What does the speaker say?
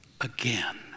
again